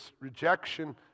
rejection